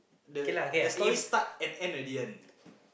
k lah k lah if